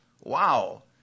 Wow